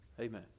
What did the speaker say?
Amen